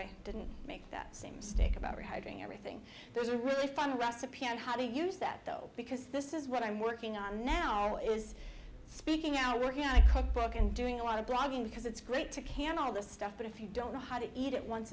i didn't make that same stick about hiding everything there's a really fun recipe on how to use that though because this is what i'm working on now is speaking out working on a cookbook and doing a lot of blogging because it's great to can all this stuff but if you don't know how to eat it once